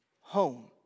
home